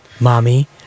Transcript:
mommy